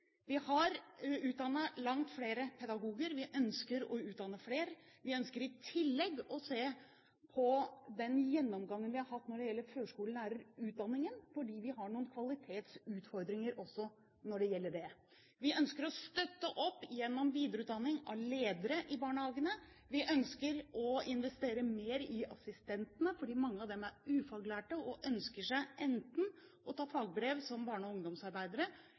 Vi har utdannet langt flere pedagoger. Vi ønsker å utdanne flere. Vi ønsker i tillegg å se på den gjennomgangen vi har hatt av førskolelærerutdanningen, fordi vi har noen kvalitetsutfordringer også når det gjelder det. Vi ønsker å støtte opp gjennom videreutdanning av ledere i barnehagene. Vi ønsker å investere mer i assistentene, fordi mange av dem er ufaglærte og ønsker enten å ta fagbrev som barne- og ungdomsarbeidere